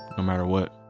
no matter what